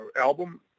album